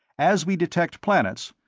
as we detect planets,